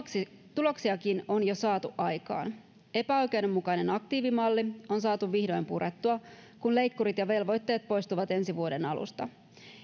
tuloksiakin on jo saatu aikaan epäoikeudenmukainen aktiivimalli on saatu vihdoin purettua kun leikkurit ja velvoitteet poistuvat ensi vuoden alusta